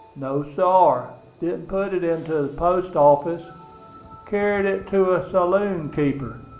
no, sar didn't put it into the post-office car'ed it to a saloon-keeper,